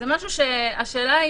השאלה,